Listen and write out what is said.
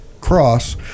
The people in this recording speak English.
cross